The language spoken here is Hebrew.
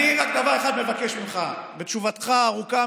אני רק דבר אחד מבקש ממך בתשובתך הארוכה,